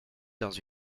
dans